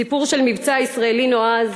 סיפור של מבצע ישראלי נועז